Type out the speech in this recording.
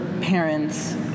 parents